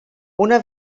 una